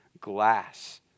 glass